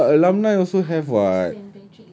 no lah but alumni also have [what]